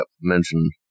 mentioned